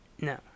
No